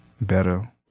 better